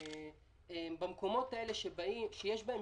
במקומות האלה, שיש בהם